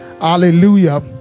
Hallelujah